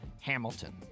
hamilton